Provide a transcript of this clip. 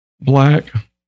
black